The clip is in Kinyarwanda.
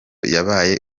yabaye